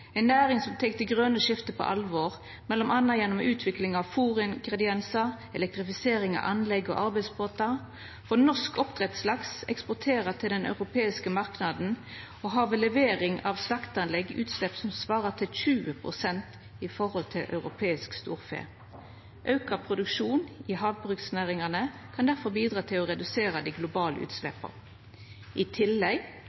næring som tek det grøne skiftet på alvor, mellom anna gjennom utvikling av fôringrediensar og elektrifisering av anlegg og arbeidsbåtar. Norsk oppdrettslaks eksporterer til den europeiske marknaden og har ved levering til slakteanlegg utslepp som svarer til 20 pst. i forhold til europeisk storfe. Auka produksjon i havbruksnæringane kan difor bidra til å redusera dei globale